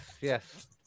yes